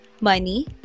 money